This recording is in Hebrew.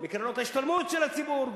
מקרנות ההשתלמות של הציבור.